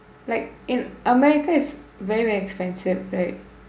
like in america is very very expensive right